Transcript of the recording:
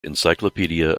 encyclopedia